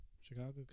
Chicago